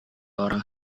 orang